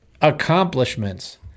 accomplishments